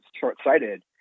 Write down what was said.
short-sighted